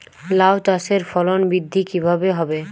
লাউ চাষের ফলন বৃদ্ধি কিভাবে হবে?